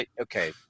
Okay